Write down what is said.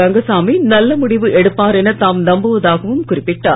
ரங்கசாமி நல்ல முடிவு எடுப்பார் என தாம் நம்புவதாகவும் குறிப்பிட்டார்